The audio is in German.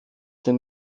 den